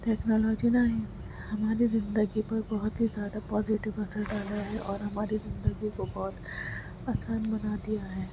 technology نے ہی ہماری زندگی پر بہت ہی زیادہ پوزیٹیو اثر ڈالا ہے اورہماری زندگی کو بہت آسان بنا دیا ہے